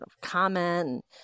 comment